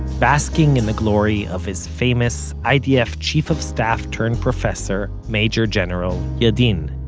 basking in the glory of his famous idf-chief-of-staff-turned professor, major general yadin